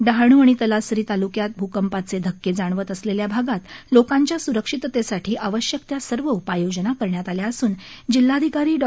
डहाणू आणि तलासरी तालुक्यात भूकंपाचे धक्के जाणवत असलेल्या भागात लोकांच्या सुरक्षिततेसाठी आवश्यक त्या सर्व उपाययोजना करण्यात आल्या असून जिल्हाधिकारी डॉ